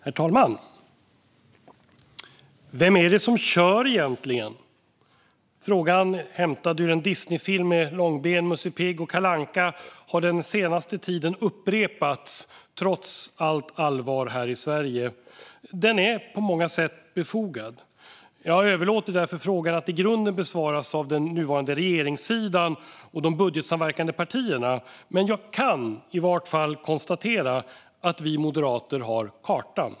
Herr talman! Vem är det som kör egentligen? Frågan, som är hämtad ur en Disneyfilm med Långben, Musse Pigg och Kalle Anka, har den senaste tiden upprepats, trots allt allvar här i Sverige. Den är på många sätt befogad. Jag överlåter frågan att i grunden besvaras av den nuvarande regeringssidan och de budgetsamverkande partierna. Jag kan i varje fall konstatera att vi moderater har kartan.